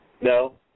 No